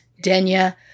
Denya